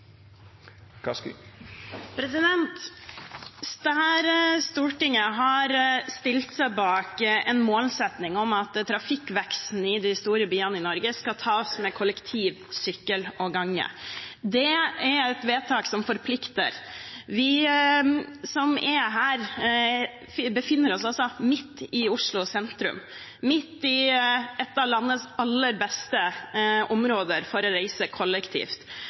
som er her, befinner oss midt i Oslo sentrum, midt i et av landets aller beste områder for å reise kollektivt.